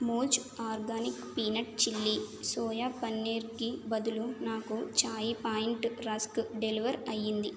మూజ్ organic peanut chilli soya పనీర్కి బదులు నాకు చాయి పాయింట్ రస్కు డెలివర్ అయ్యింది